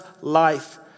life